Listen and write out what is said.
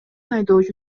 айдоочу